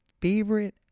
favorite